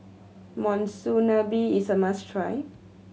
monsunabe is a must try